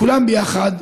כולן יחד,